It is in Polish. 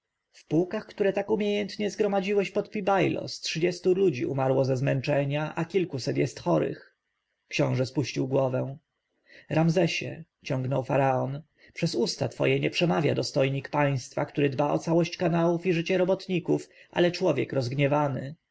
pułkach które tak umiejętnie zgromadziłeś pod pi-bailos trzydziestu ludzi umarło ze zmęczenia a kilkuset jest chorych książę spuścił głowę ramzesie ciągnął faraon przez usta twoje nie przemawia dostojnik państwa który dba o całość kanałów i życie robotników ale człowiek rozgniewany